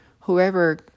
whoever